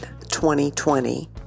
2020